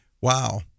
Wow